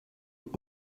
aux